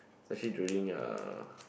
actually during uh